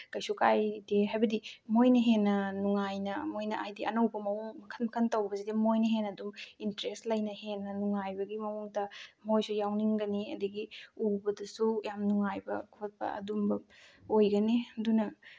ꯀꯩꯁꯨ ꯀꯥꯏꯗꯦ ꯍꯥꯏꯕꯗꯤ ꯃꯣꯏ ꯍꯦꯟꯅ ꯅꯨꯡꯉꯥꯏꯅ ꯃꯣꯏꯅ ꯍꯥꯏꯗꯤ ꯑꯅꯧꯕ ꯃꯑꯣꯡ ꯃꯈꯟ ꯃꯈꯟ ꯇꯧꯕꯁꯤꯗ ꯃꯣꯏꯅ ꯍꯦꯟꯅꯗꯨꯝ ꯏꯟꯇ꯭ꯔꯦꯁ ꯂꯩꯅ ꯍꯦꯟꯅ ꯅꯨꯡꯉꯥꯏꯕꯒꯤ ꯃꯑꯣꯡꯗ ꯃꯣꯏꯁꯨ ꯌꯥꯎꯅꯤꯡꯒꯅꯤ ꯑꯗꯒꯤ ꯎꯕꯗꯁꯨ ꯌꯥꯝ ꯅꯨꯡꯉꯥꯏꯕ ꯈꯣꯠꯄ ꯑꯗꯨꯝꯕ ꯑꯣꯏꯒꯅꯤ ꯑꯗꯨꯅ